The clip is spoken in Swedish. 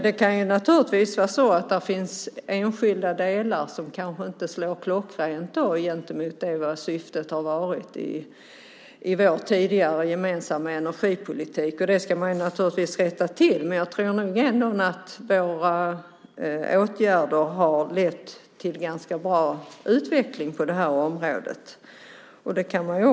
Det kan naturligtvis finnas enskilda delar som kanske inte slår klockrent gentemot det som var syftet i vår tidigare gemensamma energipolitik, och dem ska man givetvis rätta till. Men jag tror att våra åtgärder trots allt lett till en ganska bra utveckling på det här området.